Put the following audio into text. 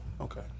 Okay